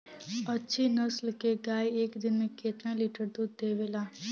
अच्छी नस्ल क गाय एक दिन में केतना लीटर दूध देवे ला?